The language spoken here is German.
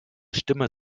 stimme